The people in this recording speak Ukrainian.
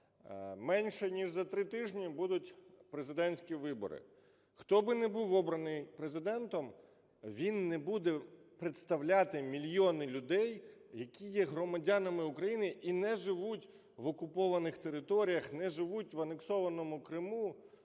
Менше ніж за три тижні будуть президентські вибори. Хто би не був обраний Президентом, він не буде представляти мільйони людей, які є громадянами України і не живуть в окупованих територіях, не живуть в анексованому Криму,